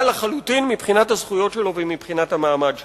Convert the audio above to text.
לחלוטין מבחינת הזכויות שלו ומבחינת המעמד שלו.